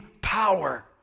power